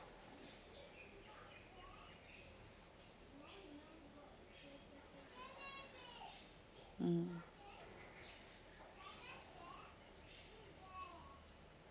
mm